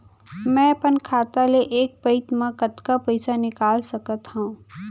मैं अपन खाता ले एक पइत मा कतका पइसा निकाल सकत हव?